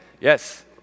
Yes